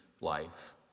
life